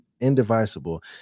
indivisible